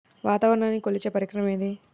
వాతావరణాన్ని కొలిచే పరికరం ఏది?